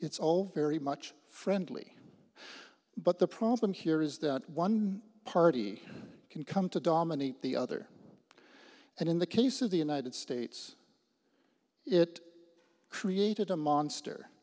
it's all very much friendly but the problem here is that one party can come to dominate the other and in the case of the united states it created a monster